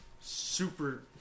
super